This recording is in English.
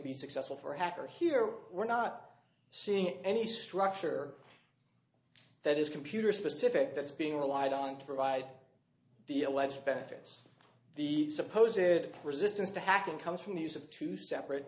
be successful for hacker here we're not seeing any structure that is computer specific that's being relied on to provide the alleged benefits the supposed resistance to hacking comes from the use of two separate